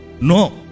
No